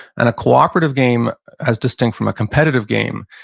and a cooperative game, as distinct from a competitive game,